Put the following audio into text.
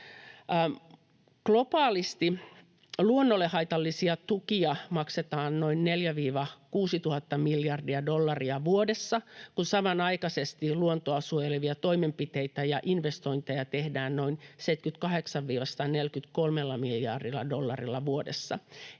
Globaalisti luonnolle haitallisia tukia maksetaan noin 4 000—6 000 miljardia dollaria vuodessa, kun samanaikaisesti luontoa suojelevia toimenpiteitä ja investointeja tehdään noin 78—143 miljardilla dollarilla vuodessa.